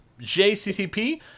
JCCP